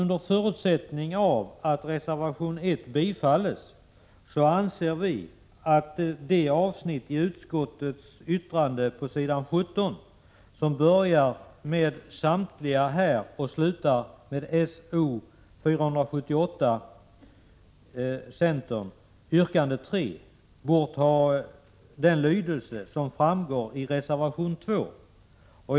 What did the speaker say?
Under förutsättning att reservation 1 bifalls anser vi att det avsnitt i utskottets yttrande på s. 17 som börjar med ”Samtliga här” och slutar med ”S0478 yrkande 3” bort ha den lydelse som framgår i reservation 2.